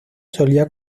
solía